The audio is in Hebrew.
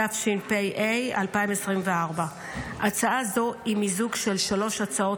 התשפ"ה 2024. הצעה זו היא מיזוג של שלוש הצעות